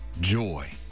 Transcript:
joy